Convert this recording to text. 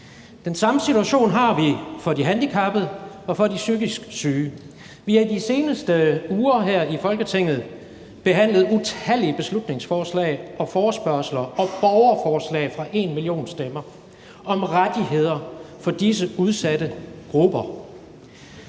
Den samme situation har vi for de handicappede og for de psykisk syge. Vi har i de seneste uger her i Folketinget behandlet utallige beslutningsforslag og forespørgsler og et borgerforslag fra #enmillionstemmer om rettigheder for disse udsatte grupper.